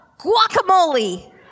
guacamole